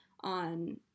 on